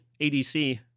ADC